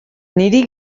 niri